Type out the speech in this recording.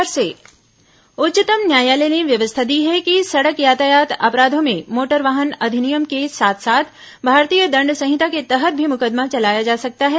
उच्चतम न्यायालय मोटर वाहन उच्चतम न्यायालय ने व्यवस्था दी है कि सड़क यातायात अपराधों में मोटर वाहन अधिनियम के साथ साथ भारतीय दंड़ संहिता के तहत भी मुकदमा चलाया जा सकता है